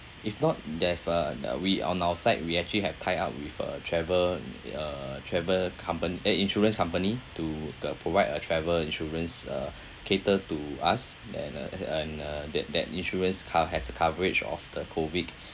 if not they've uh uh we on our side we actually have tied up with a travel uh travel company eh insurance company to the provide uh travel insurance uh cater to us then uh and uh that that insurance co~ has a coverage of the COVID